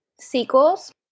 sequels